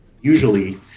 usually